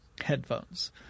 headphones